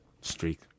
streak